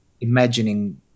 imagining